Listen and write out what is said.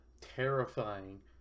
terrifying